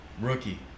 Rookie